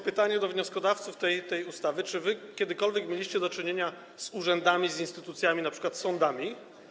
Pytanie do wnioskodawców tej ustawy: Czy wy kiedykolwiek mieliście do czynienia z urzędami, z instytucjami, np. sądami?